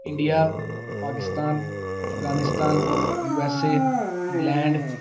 India Pakistan Afghanistan USA England